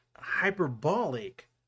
hyperbolic